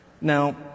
Now